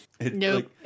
Nope